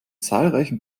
zahlreichen